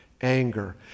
anger